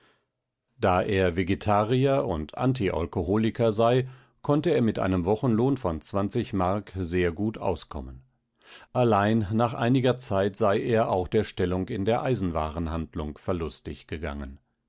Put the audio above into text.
da er vegetarier und antialkoholiker sei konnte er mit einem wochenlohn von mark sehr gut auskommen allein nach einiger zeit sei er auch der stellung in der eisenwarenhandlung verlustig gegangen